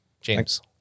James